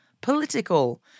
political